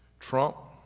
trump